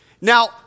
Now